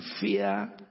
fear